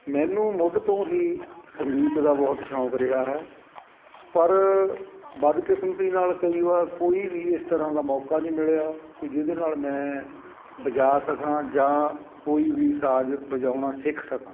ਮੈਨੂੰ ਮੁੱਢ ਤੋਂ ਹੀ ਸੰਗੀਤ ਦਾ ਬਹੁਤ ਸ਼ੌਂਕ ਰਿਹਾ ਹੈ ਪਰ ਬਦਕਿਸਮਤੀ ਨਾਲ ਕਈ ਵਾਰ ਕੋਈ ਵੀ ਇਸ ਤਰ੍ਹਾਂ ਦਾ ਮੌਕਾ ਨਹੀਂ ਮਿਲਿਆ ਤੇ ਜਿਹਦੇ ਨਾਲ ਮੈਂ ਵਜਾ ਸਕਾਂ ਜਾਂ ਕੋਈ ਵੀ ਸਾਜ ਵਜਾਉਣਾ ਸਿੱਖ ਸਕਾਂ